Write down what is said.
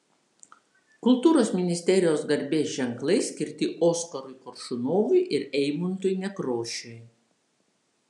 kultūros ministerijos garbės ženklai skirti oskarui koršunovui ir eimuntui nekrošiui